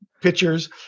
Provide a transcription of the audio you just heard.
pictures